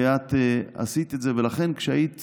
ואת עשית את זה, ולכן כשהיית